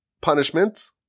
punishment